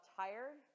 tired